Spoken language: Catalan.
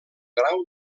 grau